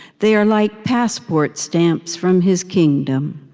they are like passport stamps from his kingdom.